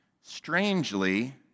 Strangely